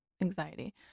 anxiety